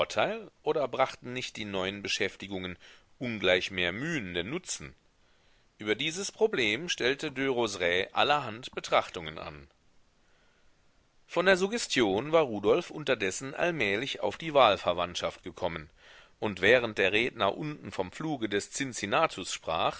oder brachten nicht die neuen beschäftigungen ungleich mehr mühen denn nutzen über dieses problem stellte derozerays allerhand betrachtungen an von der suggestion war rudolf unterdessen allmählich auf die wahlverwandtschaft gekommen und während der redner unten vom pfluge des